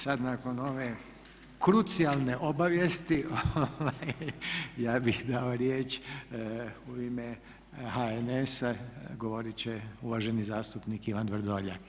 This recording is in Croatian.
Sada nakon ove krucijalne obavijesti ja bih dao riječ u ime HNS-a govoriti će uvaženi zastupnik Ivan Vrdoljak.